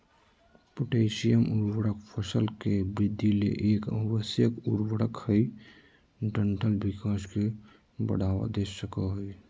potassium उर्वरक फसल के वृद्धि ले एक आवश्यक उर्वरक हई डंठल विकास के बढ़ावा दे सकई हई